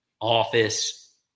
office